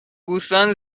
گوسفند